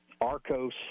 ARCOS